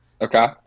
Okay